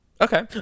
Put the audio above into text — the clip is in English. Okay